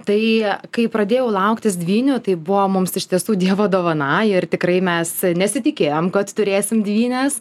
tai kai pradėjau lauktis dvynių tai buvo mums iš tiesų dievo dovana ir tikrai mes nesitikėjom kad turėsim dvynes